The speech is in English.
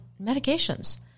medications